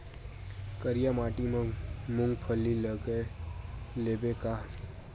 करिया माटी मा मूंग फल्ली लगय लेबों का?